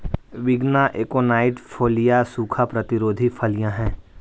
विग्ना aconitifolia प्रतिरोधी फलियां हैं